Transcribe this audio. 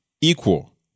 equal